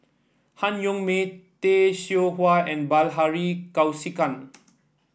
Han Yong May Tay Seow Huah and Bilahari Kausikan